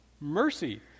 Mercy